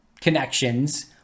connections